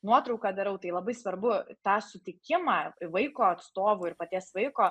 nuotrauką darau tai labai svarbu tą sutikimą vaiko atstovų ir paties vaiko